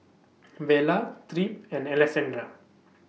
Vela Tripp and Alessandra